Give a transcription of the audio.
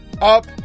up